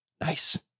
Nice